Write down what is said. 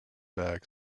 bags